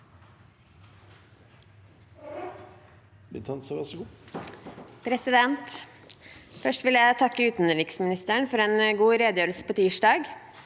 Først vil jeg takke utenriksministeren for en god redegjørelse på tirsdag.